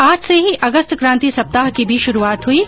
आज से ही अगस्त क्रांति सप्ताह की भी श्रुआत हुई है